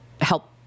help